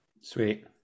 Sweet